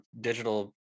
digital